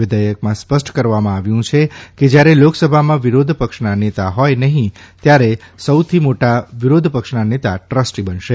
વિઘેથકમાં સ્પષ્ટ કરવામાં આવ્યું છે કે જયારે લોકસભામાં વિરોધપક્ષના નેતા હોય નહીં ત્યારે સૌથી મોટા વિરોધપક્ષના નેતા ટ્રસ્ટી બનશે